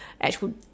actual